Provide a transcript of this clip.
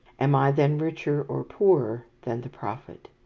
am i, then, richer or poorer than the prophet?